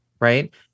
right